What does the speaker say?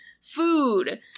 food